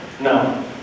No